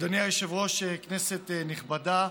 אדוני היושב-ראש, כנסת נכבדה,